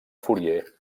fourier